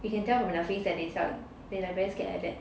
you can tell from their face that they so~ they like very scared like that